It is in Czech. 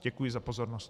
Děkuji za pozornost.